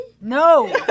No